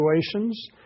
situations